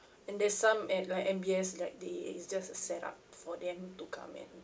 and there's some at like M_B_S like they it's just a set up for them to come in